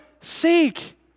seek